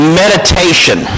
meditation